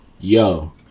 Yo